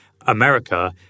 America